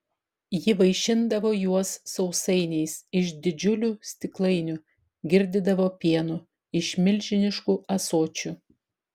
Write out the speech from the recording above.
ji vaišindavo juos sausainiais iš didžiulių stiklainių girdydavo pienu iš milžiniškų ąsočių